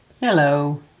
Hello